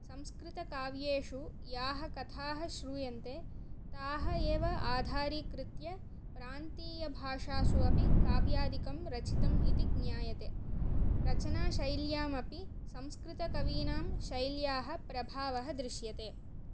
संस्कृतकाव्येषु याः कथाः श्रूयन्ते ताः एव आधारीकृत्य प्रान्तीयभाषासु अपि काव्यादिकं रचितम् इति ज्ञायते रचनाशैल्यामपि संस्कृतकवीनां शैल्याः प्रभावः दृश्यते